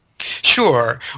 Sure